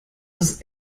ist